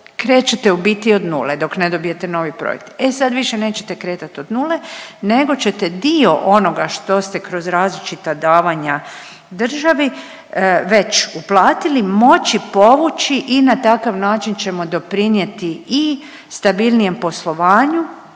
krećete u biti od nule dok ne dobijete novi projekt. E sad više nećete kretati od nule, nego ćete dio onoga što ste kroz različita davanja državi već uplatili moći povući i na takav način ćemo doprinijeti i stabilnijem poslovanju,